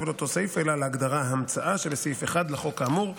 על אותו הסעיף אלא על ההגדרה "המצאה" שבסעיף 1 לחוק האמור.